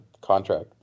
contract